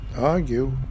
argue